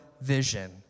vision